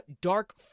Dark